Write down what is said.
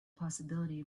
possibility